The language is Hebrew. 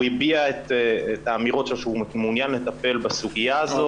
הוא הביע את האמירות שלו שהוא מעוניין לטפל בסוגיה הזאת.